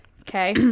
Okay